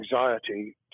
anxiety